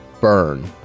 burn